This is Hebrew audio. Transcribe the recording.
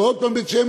ועוד פעם בית-שמש,